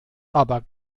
aber